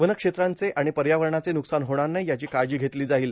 one क्षेत्राचे आणि पर्यावरणाचं बुकसान होणार नाही याची काळजी घेतली जाईल